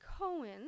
Cohen